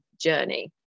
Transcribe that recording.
journey